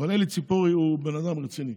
אבל אלי ציפורי הוא בן אדם רציני,